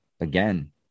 again